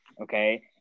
okay